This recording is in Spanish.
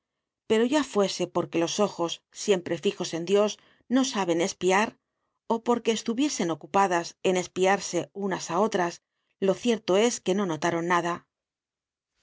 pero ya fuese porque los ojos siempre fijos en dios no saben espiar ó porque estuviesen ocupadas en espiarse unas á otras lo cierto es que no notaron nada